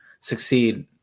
succeed